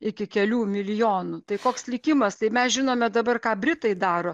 iki kelių milijonų tai koks likimas tai mes žinome dabar ką britai daro